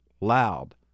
loud